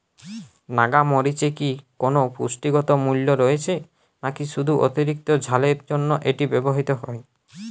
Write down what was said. নাগা মরিচে কি কোনো পুষ্টিগত মূল্য রয়েছে নাকি শুধু অতিরিক্ত ঝালের জন্য এটি ব্যবহৃত হয়?